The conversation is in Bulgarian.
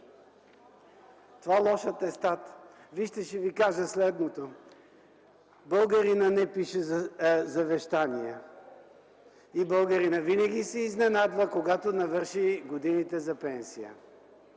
Това е лош атестат. Вижте, ще ви кажа следното. Българинът не пише завещания и българинът винаги се изненадва, когато навърши годините за пенсия.